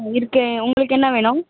ஆ இருக்குது உங்களுக்கு என்ன வேணும்